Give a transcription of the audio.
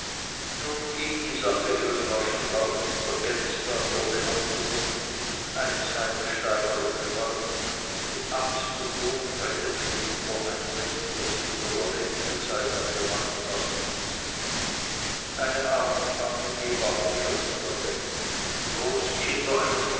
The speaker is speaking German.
nun ging die sache ihren raschen lauf der geldstag wurde angerufen eine zweite steigerung gehalten mit angst und not rettete die mutter ein bett das sie in ihrer ledigen zeit hatte machen lassen eine arme familie war mehr in der welt die großkinder eines